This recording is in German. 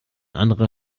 anderer